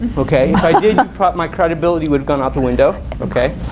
ok my credibility would go out the window ok.